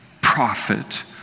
prophet